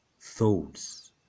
thoughts